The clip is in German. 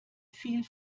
viel